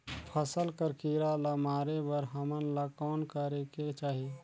फसल कर कीरा ला मारे बर हमन ला कौन करेके चाही?